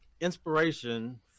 inspiration